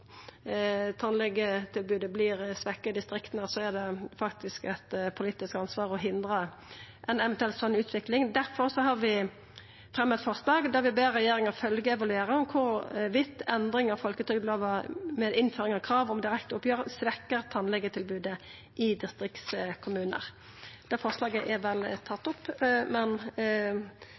politisk ansvar å hindra ei slik eventuell utvikling. Difor har vi fremja forslag der vi ber regjeringen følgeevaluere om hvorvidt endring av folketrygdloven med innføring av krav om direkte oppgjør svekker tannlegetilbudet i distriktskommuner.» Dette forslaget er tatt opp.